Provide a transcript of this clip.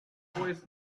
always